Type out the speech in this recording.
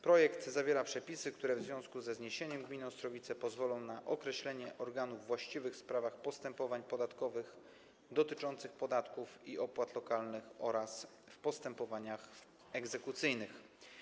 Projekt zawiera przepisy, które w związku ze zniesieniem gminy Ostrowice pozwolą na określenie organów właściwych w sprawach postępowań podatkowych dotyczących podatków i opłat lokalnych oraz w postępowaniach egzekucyjnych.